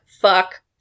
fuck